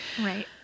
Right